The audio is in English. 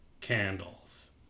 candles